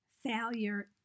failure